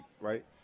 right